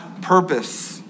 purpose